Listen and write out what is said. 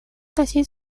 вносить